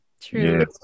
True